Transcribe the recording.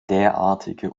derartige